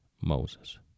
Moses